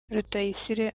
rutayisire